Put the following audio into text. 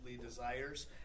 desires